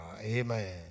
Amen